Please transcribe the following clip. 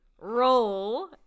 roll